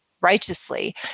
righteously